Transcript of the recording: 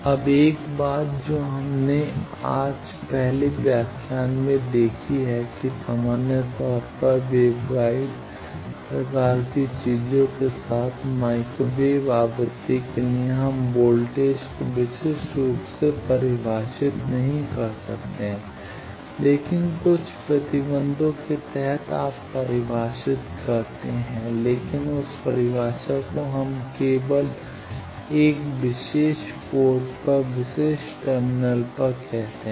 अब 1 बात जो हमने आज पहले व्याख्यान में देखी है कि सामान्य तौर पर वेवगाइड प्रकार की चीजों के साथ माइक्रोवेव आवृत्ति के लिए हम वोल्टेज को विशिष्ट रूप से परिभाषित नहीं कर सकते हैं लेकिन कुछ प्रतिबंधों के तहत आप परिभाषित करते हैं लेकिन उस परिभाषा को हम उस समय केवल एक विशेष पोर्ट पर विशेष टर्मिनल पर कहते हैं